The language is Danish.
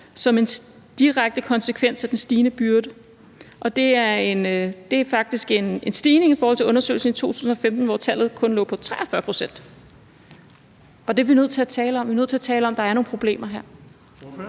som en direkte konsekvens af den stigende byrde, og det er faktisk en stigning i forhold til undersøgelsen i 2015, hvor tallet kun lå på 43 pct., og vi er nødt til at tale om, at der her er nogle problemer.